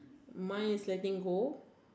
mine is letting go